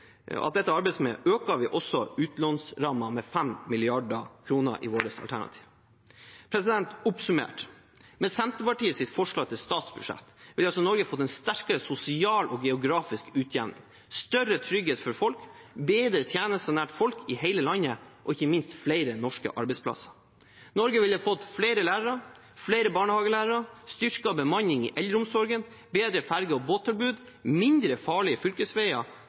øker vi utlånsrammen med 5 mrd. kr i vårt alternativ. Oppsummert: Med Senterpartiets forslag til statsbudsjett ville altså Norge fått en sterkere sosial og geografisk utjevning, større trygghet for folk, bedre tjenester nær folk i hele landet og ikke minst flere norske arbeidsplasser. Norge ville fått flere lærere, flere barnehagelærere, styrket bemanning i eldreomsorgen, bedre ferje- og båttilbud, mindre farlige fylkesveier